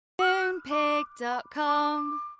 Moonpig.com